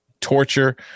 torture